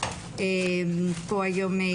היום.